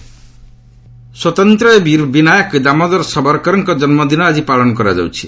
ସବରକର ସ୍ୱତନ୍ତ୍ରୟବୀର ବିନାୟକ ଦାମୋଦର ସବରକରଙ୍କ ଜନ୍ମଦିନ ଆଜି ପାଳନ କରାଯାଉଛି